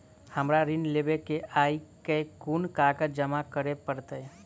हमरा ऋण लेबै केँ अई केँ कुन कागज जमा करे पड़तै?